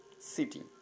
city